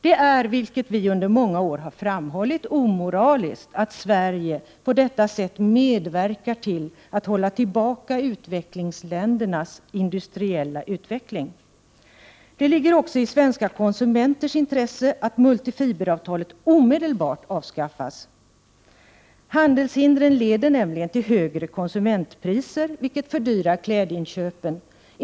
Det är, vilket vi under många år har framhållit, omoraliskt att Sverige på detta sätt medverkar till att hålla tillbaka utvecklingsländernas industriella utveckling. Det ligger också i svenska konsumenters intresse att multifiberavtalet omedelbart avskaffas. Handelshindren leder nämligen till högre konsumentpriser, vilket fördyrar klädinköpen.